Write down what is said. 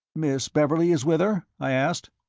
miss beverley is with her? i asked.